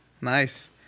Nice